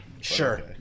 Sure